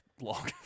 long